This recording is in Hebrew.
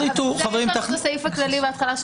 יש לנו את הסעיף הכללי בהתחלה.